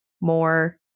more